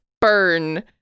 burn